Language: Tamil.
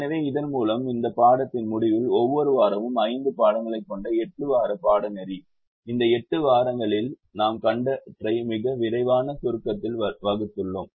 எனவே இதன் மூலம் இந்த பாடத்தின் முடிவில் ஒவ்வொரு வாரமும் 5 பாடங்களைக் கொண்ட 8 வார பாடநெறி இந்த 8 வாரங்களில் நாம் கண்டவற்றின் மிக விரைவான சுருக்கத்தில் வந்துள்ளோம்